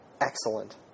excellent